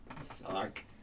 Suck